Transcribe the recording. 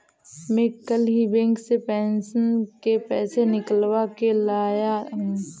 मैं कल ही बैंक से पेंशन के पैसे निकलवा के लाया हूँ